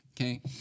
Okay